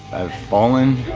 i've fallen,